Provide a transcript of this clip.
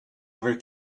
ever